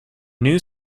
new